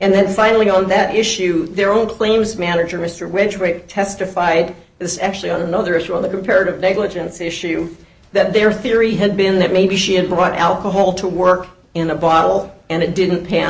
and then finally on that issue their own claims manager mr winter break testified this actually on another issue on the comparative negligence issue that their theory had been that maybe she had brought alcohol to work in a bottle and it didn't pan